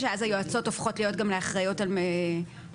שאז היועצות הופכות להיות גם אחראיות על הטרדה